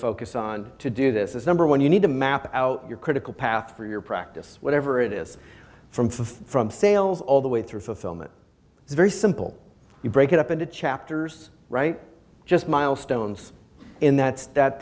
focus on to do this is number one you need to map out your critical path for your practice whatever it is from from from sales all the way through fulfillment it's very simple you break it up into chapters write just milestones in that stat